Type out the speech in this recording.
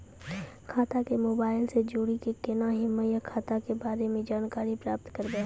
खाता के मोबाइल से जोड़ी के केना हम्मय खाता के बारे मे जानकारी प्राप्त करबे?